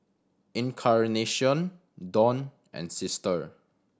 Encarnacion Don and Sister